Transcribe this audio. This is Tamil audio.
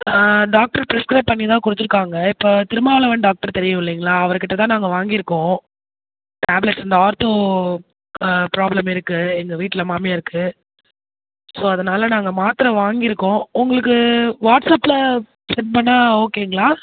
டாக்டர் பிரிஸ்கிரைப் பண்ணி தான் கொடுத்துருக்காங்க இப்போ திருமாவளவன் டாக்டர் தெரியும் இல்லைங்களா அவர் கிட்ட தான் நாங்கள் வாங்கிருக்கோம் டேப்லெட் இந்த ஆர்த்தோ ப்ராப்ளம் இருக்கு எங்கள் வீட்டில் மாமியார்க்கு ஸோ அதனால் நாங்கள் மாத்திரை வாங்கிருக்கோ உங்களுக்கு வாட்ஸப்பபில சென்ட் பண்ணால் ஓகேங்ளா